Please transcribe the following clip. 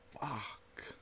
Fuck